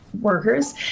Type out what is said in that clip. workers